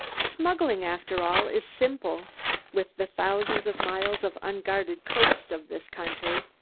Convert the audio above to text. smuggling, after all, is simple with the thousands of miles of unguarded coasts of this country.